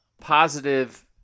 positive